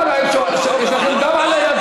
אדוני היושב-ראש, כואב לי באמת.